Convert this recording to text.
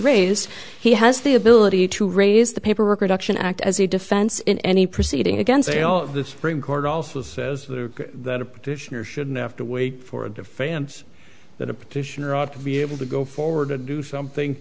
raised he has the ability to raise the paperwork reduction act as a defense in any proceeding against a o l the supreme court also says that a petitioner shouldn't have to wait for a defense that a petitioner ought to be able to go forward and do something